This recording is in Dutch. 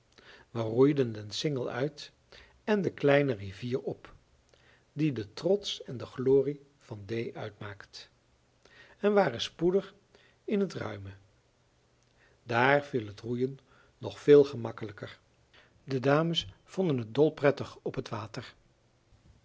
roeiden den singel uit en de kleine rivier op die de trots en de glorie van d uitmaakt en waren spoedig in het ruime daar viel het roeien nog veel makkelijker de dames vonden het dolprettig op het water